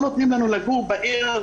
לא נותנים לנו לגור בעיר,